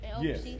Yes